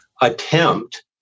attempt